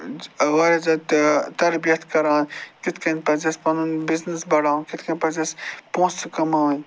واریاہ زیادٕ تربِیت کران کِتھ کٔنۍ پَزِ اَسہِ پَنُن بِزنِس بڑاوُن کِتھ کٔنۍ پَزِ اَسہِ پونٛسہٕ کماوٕنۍ